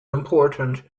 important